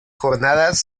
jornadas